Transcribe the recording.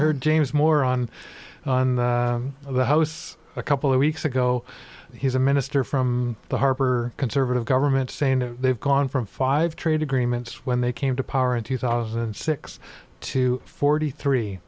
heard james moore on on the house a couple of weeks ago he's a minister from the harper conservative government saying they've gone from five trade agreements when they came to power in two thousand and six to forty three